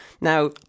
Now